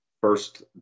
first